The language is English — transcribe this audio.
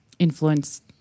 Influenced